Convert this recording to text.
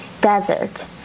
Desert